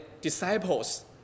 disciples